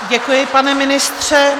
Děkuji, pane ministře.